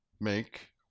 make